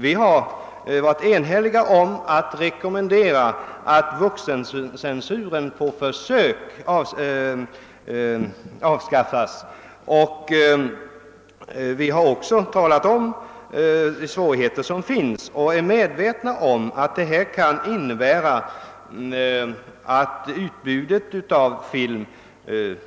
Vi har varit eniga om att rekommendera, att vuxencensuren på försök avskaffas. Vi har också talat om de svårigheter som finns och har varit medvetna om att detta kan innebära att utbudet av film